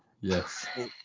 Yes